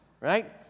right